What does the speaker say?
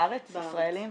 בארץ, ישראלים?